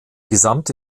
gesamte